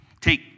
take